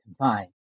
combined